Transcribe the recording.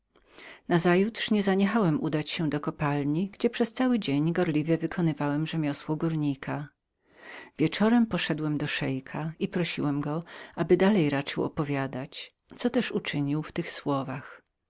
stołu nazajutrz nie zaniechałem udać się do kopalni gdzie przez cały dzień gorliwie wykonywałem rzemiosło górnika wieczorem poszedłem do szeika i prosiłem go aby dalej raczył opowiadać co też uczynił w tych słowach